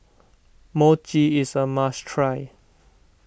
Mochi is a must try